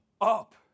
up